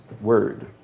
word